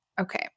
Okay